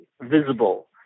visible